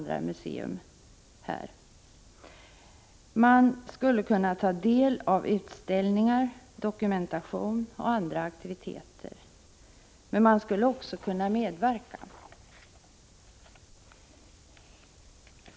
De skulle kunna ta del av utställningar, dokumentation och andra aktiviteter, och många skulle också kunna medverka i aktiviteterna.